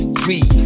three